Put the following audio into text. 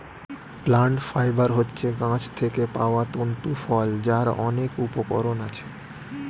plant fibre হচ্ছে গাছ থেকে পাওয়া তন্তু ফল যার অনেক উপকরণ আছে